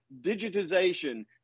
digitization